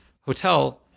hotel